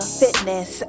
fitness